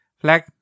flag